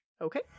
Okay